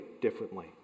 differently